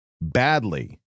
badly